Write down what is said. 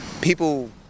People